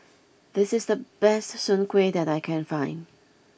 this is the best Soon Kway that I can find